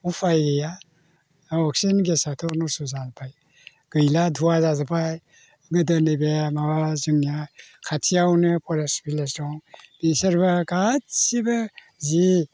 उफाय गैया अक्सिजेन गेसआथ' नस्थ' जाबाय गैला धुवा जाजोब्बाय बे दिनै बे माबा जोंनिया खाथियावनो फरेस्ट भिलेज दं बिसोरबो गासैबो जि